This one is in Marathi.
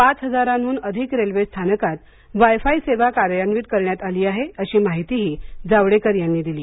पाच हजारांहून अधिक रेल्वे स्थनकात वायफाय सेवा कार्यान्वित करण्यात आली आहे अशी माहितीही जावडेकर यांनी दिली